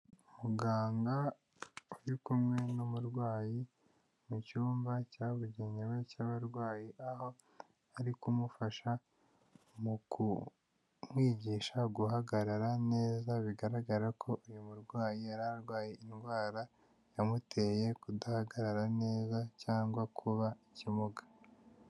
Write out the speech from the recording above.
Umuganga uri kumwe n'umurwayi mu cyumba cyabugenewe cy'abarwayi, aho ari kumufasha mu kumwigisha guhagarara neza, bigaragara ko uyu murwayi yari arwaye indwara yamuteye kudahagarara neza cyangwa kuba ikimuga.